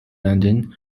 london